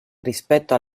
rispetto